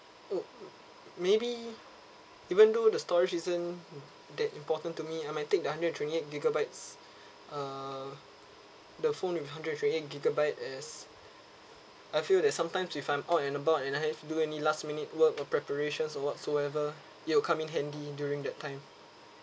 oh maybe even though the storage isn't that important to me I might take the hundred and twenty eight gigabytes uh the phone with hundred and twenty eight gigabyte as I feel that sometimes if I'm out and about and I have to do any last minute work or preparations or whatsoever it'll come in handy during that time